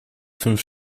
fünf